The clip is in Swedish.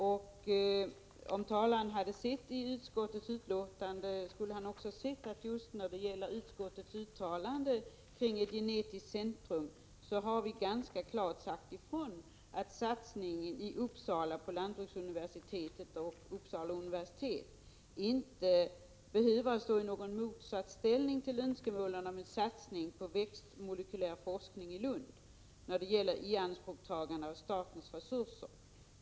Om föregående talare hade tittat i utskottets betänkande, skulle han ha sett att vi i utskottet beträffande ett genetiskt centrum ganska klart har sagt ifrån att satsningen i Uppsala på lantbruksuniversitetet och Uppsala universitet inte behöver stå i något motsatsförhållande till önskemålen om en satsning på växtmolekylär forskning i Lund när det gäller att ta statens resurser i anspråk.